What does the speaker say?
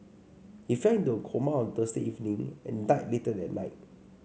he fell into a coma on Thursday evening and died later that night